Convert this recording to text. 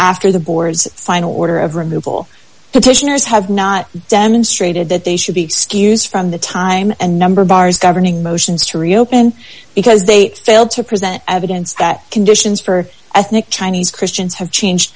after the boars final order of removal petitioners have not demonstrated that they should be excused from the time and number of bars governing motions to reopen because they failed to present evidence that conditions for ethnic chinese christians have changed